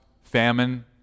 famine